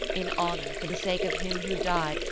in honour, for the sake of him who died,